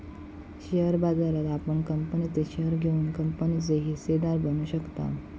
share बाजारात आपण कंपनीचे शेअर घेऊन कंपनीचे हिस्सेदार बनू शकताव